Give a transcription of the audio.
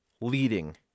leading